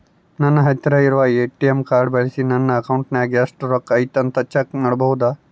ನನ್ನ ಹತ್ತಿರ ಇರುವ ಎ.ಟಿ.ಎಂ ಕಾರ್ಡ್ ಬಳಿಸಿ ನನ್ನ ಅಕೌಂಟಿನಾಗ ಎಷ್ಟು ರೊಕ್ಕ ಐತಿ ಅಂತಾ ಚೆಕ್ ಮಾಡಬಹುದಾ?